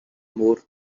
more